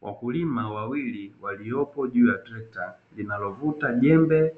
Wakulima wawili waliopo juu ya trekta linalovuta jembe